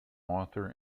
author